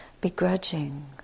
begrudging